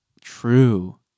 True